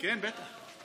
כן, בטח.